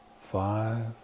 five